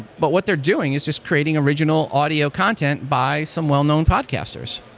but what they're doing is just creating original audio content by some well-known podcasters.